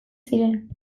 ziren